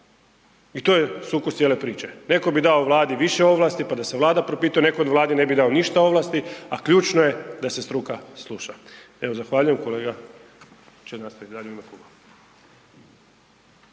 i to je sukus cijele priče. Neko bi dao Vladi više ovlasti pa da se Vlada propituje, neko Vladi ne bi dao ništa ovlasti, a ključno je da se struka sluša. Evo zahvaljujem. Kolega će nastaviti